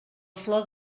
flor